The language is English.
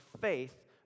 faith